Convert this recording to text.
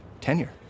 tenure